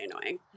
annoying